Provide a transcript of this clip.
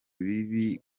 bibi